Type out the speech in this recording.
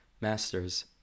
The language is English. masters